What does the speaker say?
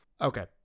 okay